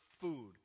food